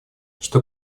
что